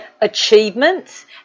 achievements